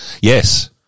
Yes